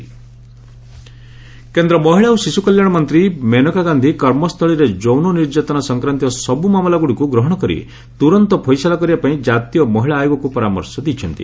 Maneka NCW କେନ୍ଦ୍ର ମହିଳା ଓ ଶିଶୁ କଲ୍ୟାଣ ମନ୍ତ୍ରୀ ମେନକା ଗାନ୍ଧୀ କର୍ମସ୍ଥଳୀରେ ଯୌନ ନିର୍ଯାତନା ସଂକ୍ରାନ୍ତୀୟ ସବୁ ମାମଲାଗୁଡ଼ିକୁ ଗ୍ରହଣ କରି ତୁରନ୍ତ ଫଇସଲା କରିବା ପାଇଁ କାତୀୟ ମହିଳା ଆୟୋଗକୁ ପରାମର୍ଶ ଦେଇଛନ୍ତି